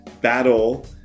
battle